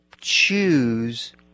choose